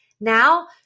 Now